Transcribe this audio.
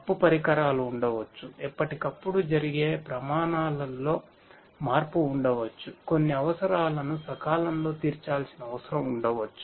తప్పు పరికరాలు ఉండవచ్చుఎప్పటికప్పుడు జరిగే ప్రమాణాలలో మార్పు ఉండవచ్చు కొన్ని అవసరాలను సకాలంలో తీర్చాల్సిన అవసరం ఉండవచ్చు